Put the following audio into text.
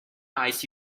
ice